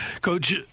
Coach